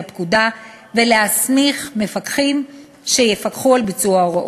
הפקודה ולהסמיך מפקחים שיפקחו על ביצוע ההוראות.